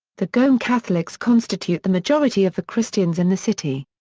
the goan catholics constitute the majority of the christians in the city.